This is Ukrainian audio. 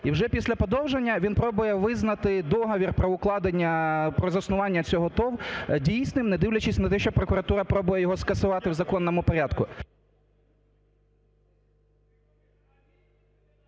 І вже після подовження він пробує визнати договір про укладення, про заснування цього ТОВ дійсним, не дивлячись на те, що прокуратура пробує його скасувати в законному порядку.